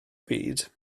byd